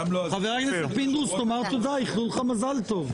חבר הכנסת פינדרוס, תאמר תודה, איחלו לך מזל טוב.